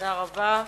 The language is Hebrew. תודה רבה.